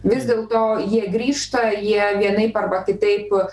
vis dėlto jie grįžta jie vienaip arba kitaip